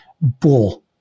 bull